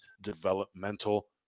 developmental